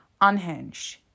Unhinged